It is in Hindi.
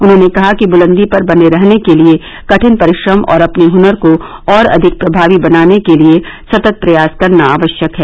उन्होंने कहा कि बुलंदी पर बने रहने के लिए कठिन परिश्रम और अपने हनर को और अधिक प्रभावी बनाने के लिए सतत प्रयास करना आवश्यक है